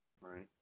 Right